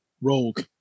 Rogue